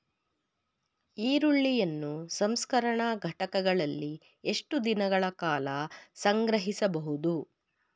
ಈರುಳ್ಳಿಯನ್ನು ಸಂಸ್ಕರಣಾ ಘಟಕಗಳಲ್ಲಿ ಎಷ್ಟು ದಿನಗಳ ಕಾಲ ಸಂಗ್ರಹಿಸಬಹುದು?